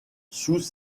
sous